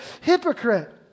hypocrite